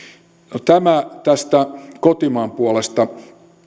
tämä tästä kotimaan puolesta